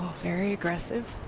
very aggressive,